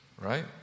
Right